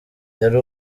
yari